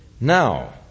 Now